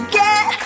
get